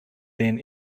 then